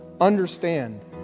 understand